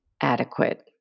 adequate